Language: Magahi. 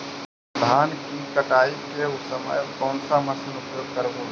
धान की कटाई के समय कोन सा मशीन उपयोग करबू?